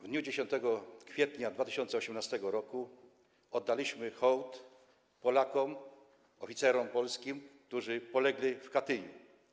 W dniu 10 kwietnia 2018 r. oddaliśmy hołd Polakom - oficerom polskim, którzy polegli w Katyniu.